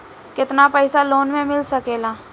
केतना पाइसा लोन में मिल सकेला?